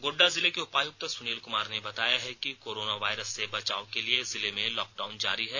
गोड्डा जिले के उपायुक्त सुनील कुमार ने बताया है कि कोरोना वायरस से बचाव के लिए जिले में लॉकडाउन जारी है